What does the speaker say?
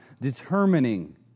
determining